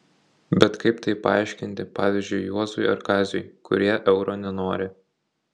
bet kaip tai paaiškinti pavyzdžiui juozui ar kaziui kurie euro nenori